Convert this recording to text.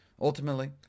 Ultimately